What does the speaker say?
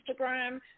instagram